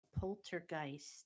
Poltergeist